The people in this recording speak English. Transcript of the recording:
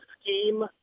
scheme